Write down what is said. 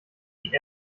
wie